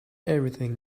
everything